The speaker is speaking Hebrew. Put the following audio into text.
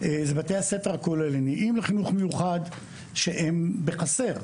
זה בתי הספר הכוללניים לחינוך מיוחד שהם בחסר,